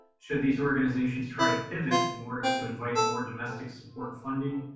should these organizations try to pivot, in order to invite more domestic support funding,